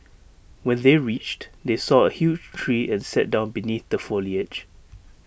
when they reached they saw A huge tree and sat down beneath the foliage